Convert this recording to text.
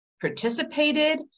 participated